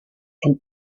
and